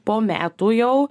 po metų jau